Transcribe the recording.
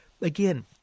Again